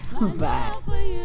Bye